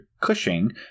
Cushing